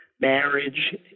marriage